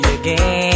again